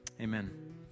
Amen